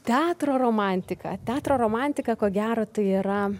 teatro romantiką teatro romantiką ko gero tai yra